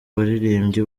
baririmbyi